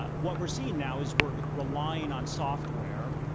what we're seeing now is we're relying on software,